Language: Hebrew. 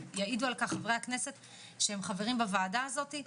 ויעידו על כך חברי הכנסת שהם חברים בוועדה הזאת.